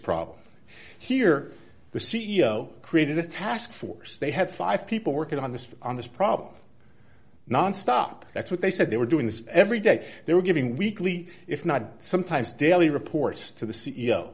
problem here the c e o created this task force they had five people working on this on this problem nonstop that's what they said they were doing this every day they were giving weekly if not sometimes daily reports to the c